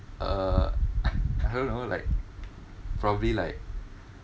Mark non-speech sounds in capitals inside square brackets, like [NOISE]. uh [COUGHS] I don't know like probably like